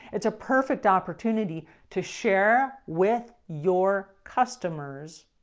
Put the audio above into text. it's a perfect opportunity to share with your customers,